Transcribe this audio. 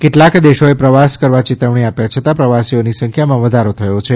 કેટલાક દેશોએ પ્રવાસ કરવા ચેતવણી આપ્યા છતાં પ્રવાસીઓની સંખ્યામાં વધારો થયો છે